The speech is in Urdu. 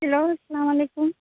ہلو السّلام علیکم